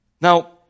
Now